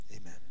amen